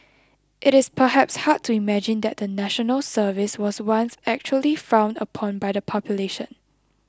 it is perhaps hard to imagine that the National Service was once actually frowned upon by the population